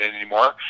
anymore